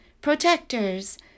protectors